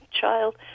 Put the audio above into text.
child